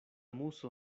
muso